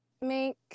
make